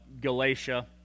Galatia